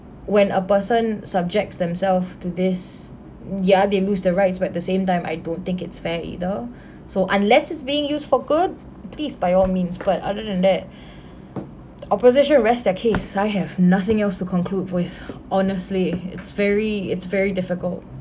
when a person subject themselves to this ya they lose the rights but the same time I don't think it's fair either so unless it's being used for good please by all means but other than that opposition rest their case I have nothing else to conclude with honestly it's very it's very difficult